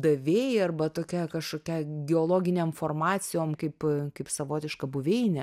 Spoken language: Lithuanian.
davėjai arba tokia kažkokia angiologiniam formacijom kaip kaip savotiška buveinė